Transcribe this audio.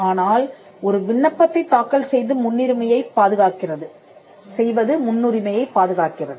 ஆனால் ஒரு விண்ணப்பத்தைத் தாக்கல் செய்வது முன்னுரிமையைப் பாதுகாக்கிறது